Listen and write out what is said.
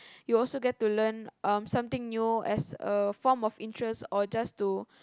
you will also get to learn something new as a form of interest or just to